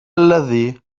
الذي